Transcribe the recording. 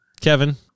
Kevin